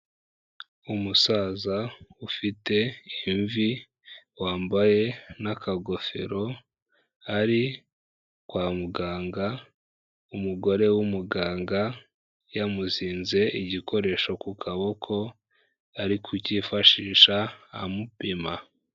Umusaza ufite imvi wambaye n'akagofero ari kwa muganga, umugore w'umuganga yamuzinze igikoresho ku kaboko ari kucyifashisha amupima.